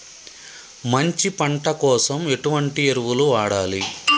మంచి పంట కోసం ఎటువంటి ఎరువులు వాడాలి?